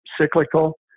cyclical